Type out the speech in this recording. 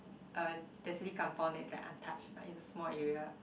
uh there's really kampung that is like untouched but it's a small area